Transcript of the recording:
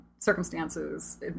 circumstances